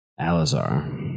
Alizar